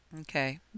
Okay